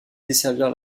desservir